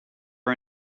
are